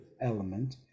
element